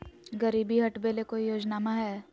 गरीबी हटबे ले कोई योजनामा हय?